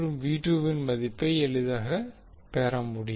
win மதிப்பை எளிதாக பெற முடியும்